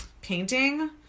painting